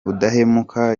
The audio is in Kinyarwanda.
udahemuka